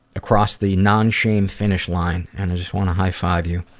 across the non-shame finish line and i just want to high five you.